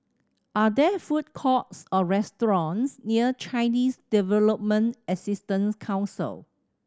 are there food courts or restaurants near Chinese Development Assistance Council